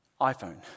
iPhone